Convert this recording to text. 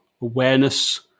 awareness